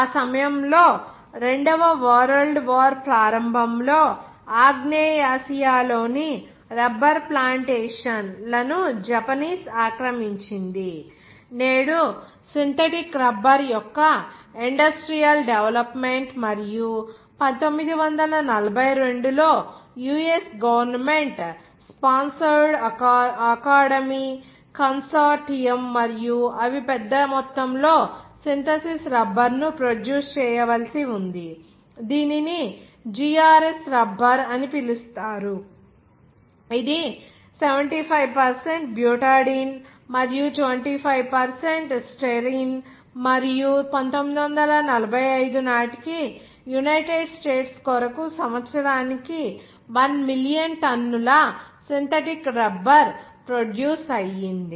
ఆ సమయంలో 2 వ వరల్డ్ వార్ ప్రారంభంలో ఆగ్నేయాసియా లోని రబ్బరు ప్లాంటేషన్ లను జపనీస్ ఆక్రమించింది నేడు సింథటిక్ రబ్బర్ యొక్క ఇండస్ట్రియల్ డెవలప్మెంట్ మరియు 1942 లో U S government sponsored academy consortium మరియు అవి పెద్ద మొత్తంలో సింథసిస్ రబ్బరు ను ప్రొడ్యూస్ చేయవలసి ఉంది దీనిని జి ఆర్ ఎస్ రబ్బరు అని పిలుస్తారు ఇది 75 బ్యూటాడిన్ మరియు 25 స్టైరిన్ మరియు 1945 నాటికి యునైటెడ్ స్టేట్స్ కొరకు సంవత్సరానికి 1 మిలియన్ టన్నుల సింథటిక్ రబ్బర్ ప్రొడ్యూస్ అయ్యింది